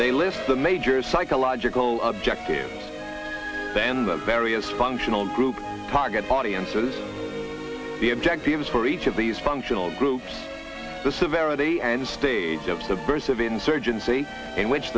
they list the major psychological objective then the various functional groups target audiences the objectives for each of these functional groups the severity and stage of subversive insurgency in which